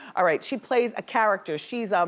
alright, she plays a character. she's um